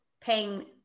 paying